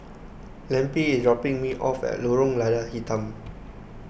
Lempi is dropping me off at Lorong Lada Hitam